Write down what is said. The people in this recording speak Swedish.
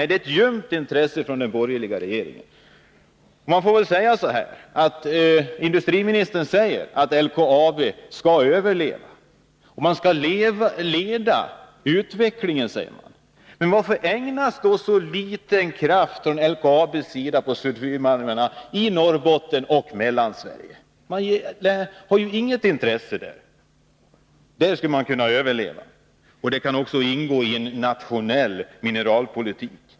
Det är ett ljumt intresse den borgerliga regeringen visar. Industriministern säger att LKAB skall överleva och leda utvecklingen. Men varför ägnas då så liten kraft från LKAB:s sida åt sulfidmalmen i Norrbotten och Mellansverige? Man visar inget intresse. Genom att satsa på det området skulle man kunna överleva. Det skulle också kunna ingå i en nationell mineralpolitik.